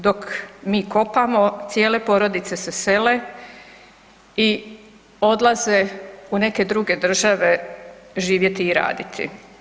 Dok mi kopamo, cijele porodice se sele i odlaze u neke druge države živjeti i raditi.